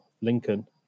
Lincoln